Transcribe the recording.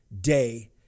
day